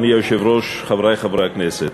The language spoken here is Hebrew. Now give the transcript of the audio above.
הבטיחו לו שזה יהיה בקריאה שנייה ושלישית?